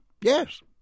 yes